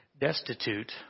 destitute